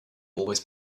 always